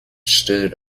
stood